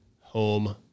home